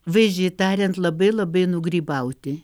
vaizdžiai tariant labai labai nugrybauti